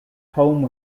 home